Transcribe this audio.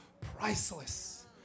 priceless